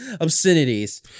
obscenities